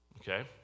Okay